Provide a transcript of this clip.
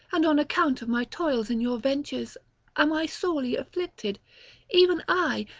and on account of my toils in your ventures am i sorely afflicted even i,